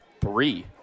three